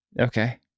Okay